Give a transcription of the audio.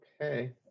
Okay